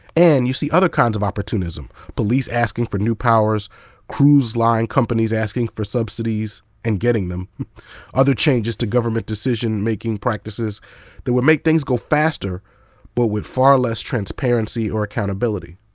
and you see other kinds of opportunism police asking for new powers cruise line companies asking for subsidies, and getting them other changes to government decision-making practices that would make things go faster but with far less transparency or accountability.